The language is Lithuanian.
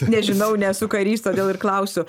nežinau nesu karys todėl ir klausiu